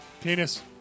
Penis